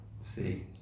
see